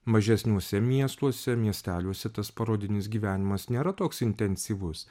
mažesniuose miestuose miesteliuose tas parodinis gyvenimas nėra toks intensyvus